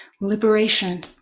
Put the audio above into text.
liberation